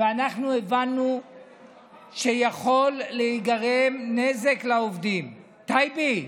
ואנחנו הבנו שיכול להיגרם נזק לעובדים, טייבי,